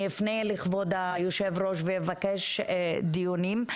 אני אפנה לכבוד היושב ראש ואבקש דיונים,